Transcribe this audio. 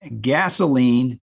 gasoline